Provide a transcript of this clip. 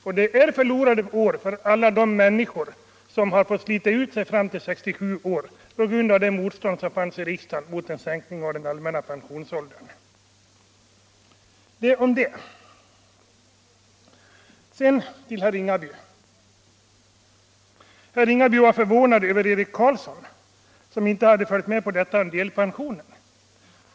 Det motstånd mot en sänkning av den allmänna pensionsåldern som funnits i riksdagen har betytt förlorade år för alla de människor som måste slita ut sig till 67 år. Sedan vill jag vända mig till herr Ringaby. Han var förvånad över Eric Carlsson som inte följt utvecklingen beträffande delpensionen.